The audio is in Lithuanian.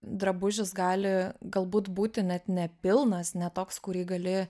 drabužis gali galbūt būti net nepilnas ne toks kurį gali